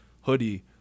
hoodie